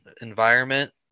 environment